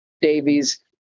Davies